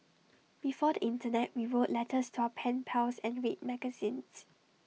before the Internet we wrote letters to our pen pals and read magazines